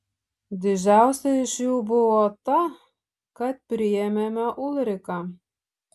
didžiausia iš jų buvo ta kad priėmėme ulriką